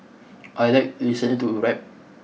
I like listening to rap